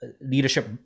leadership